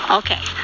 okay